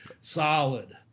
solid